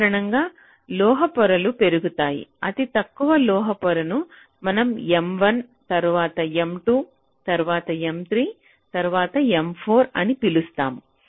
సాధారణంగా లోహ పొరలు పెరుగుతాయి అతి తక్కువ లోహ పొరను మనం M1 తరువాత M2 తరువాత M3 తరువాత M4 అని పిలుస్తాము